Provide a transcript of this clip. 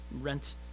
rent